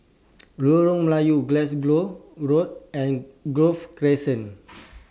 Lorong Melayu Glasgow Road and Grove Crescent